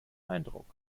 eindruck